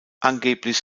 angeblich